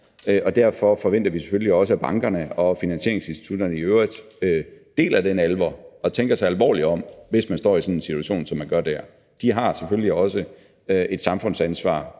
Derfor forventer vi selvfølgelig også, at bankerne og finansieringsinstitutterne i øvrigt deler den alvor og tænker sig alvorligt om, hvis man står i sådan en situation, som man gør dér. De har selvfølgelig også et samfundsansvar,